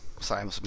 Sorry